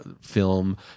film